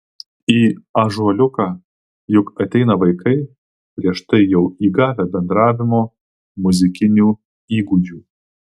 į ąžuoliuką juk ateina vaikai prieš tai jau įgavę bendravimo muzikinių įgūdžių